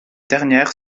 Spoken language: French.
dernière